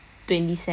damn dumb